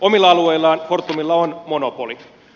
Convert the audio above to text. omilla alueillaan fortumilla on monopoli